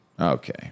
Okay